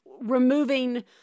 removing